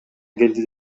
келди